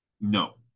No